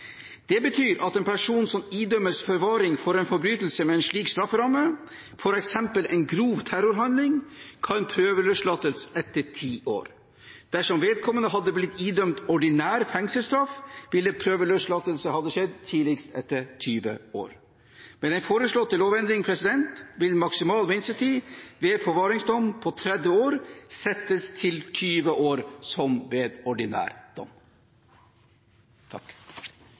Det betyr at en person som idømmes forvaring for en forbrytelse med en slik strafferamme, f.eks. en grov terrorhandling, kan prøveløslates etter ti år. Dersom vedkommende hadde blitt idømt ordinær fengselsstraff, ville prøveløslatelse tidligst ha skjedd etter 20 år. Med den foreslåtte lovendring vil maksimal minstetid ved forvaringsdom på 30 år settes til 20 år, som ved ordinær dom.